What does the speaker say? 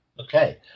Okay